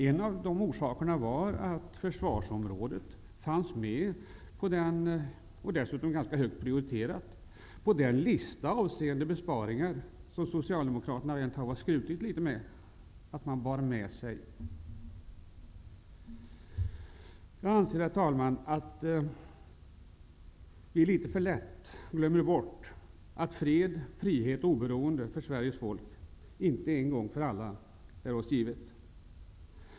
En av orsakerna var att försvarsområdet fanns med, dessutom ganska högt prioriterat, på den lista av besparingar som Socialdemokraterna faktiskt litet skrutit med. Jag anser, herr talman, att vi litet för lätt glömmer bort att fred, frihet och oberoende för Sveriges folk inte en gång för alla är oss givet.